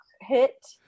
hit